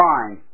Fine